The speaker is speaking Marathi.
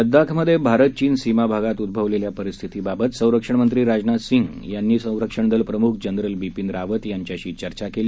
लद्दाखमधे भारत चीन सीमाभागात उद्भवलेल्या परिस्थितीबाबत संरक्षणमंत्री राजनाथ सिंग यांनी संरक्षण दल प्रमुख जनरल बिपिन रावत यांच्याशी चर्चा केली